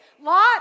Lot